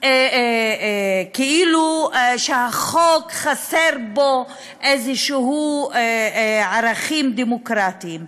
כאילו שבחוק חסרים איזשהם ערכים דמוקרטיים.